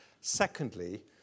Secondly